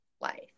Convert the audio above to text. life